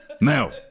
Now